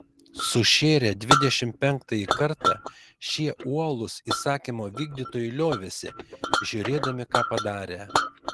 sušėrę dvidešimt penktąjį kartą šie uolūs įsakymo vykdytojai liovėsi žiūrėdami ką padarę